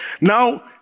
Now